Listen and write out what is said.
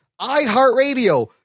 iHeartRadio